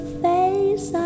face